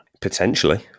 Potentially